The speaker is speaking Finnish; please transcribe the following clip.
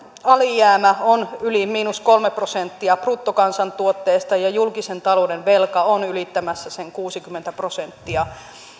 alijäämä on yli miinus kolme prosenttia bruttokansantuotteesta ja julkisen talouden velka on ylittämässä sen kuusikymmentä prosenttia